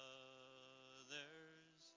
others